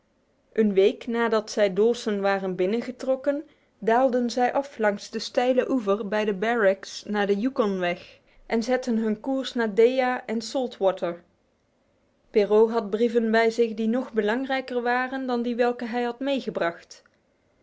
een week nadat zij dawson waren binnengetrokken daalden zij af langs de steile oever bij de barracks naar de yukonweg en zetten koers naar deya en salt water perrault had brieven bij zich die nog belangrijker waren dan die welke hij had gebracht